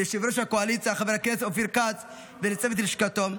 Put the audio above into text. ליושב-ראש הקואליציה חבר הכנסת אופיר כץ ולצוות לשכתו,